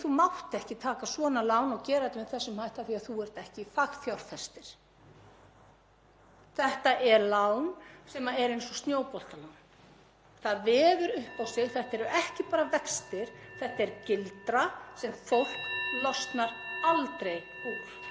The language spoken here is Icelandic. Það vefur upp á sig. Þetta eru ekki bara vextir, þetta er gildra sem fólk losnar aldrei úr.